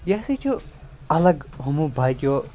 یہِ ہَسا چھُ اَلَگ ہُمو باقیو